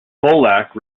pollack